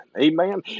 Amen